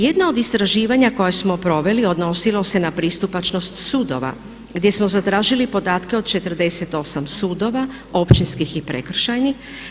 Jedno od istraživanja koje smo proveli odnosilo se na pristupačnost sudova gdje smo zatražili podatke od 48 sudova, općinskih i prekršajnih.